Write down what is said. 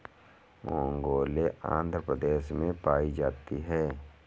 ओंगोले आंध्र प्रदेश में पाई जाती है